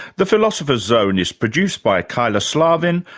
the philosopher's zone is produced by kyla slaven,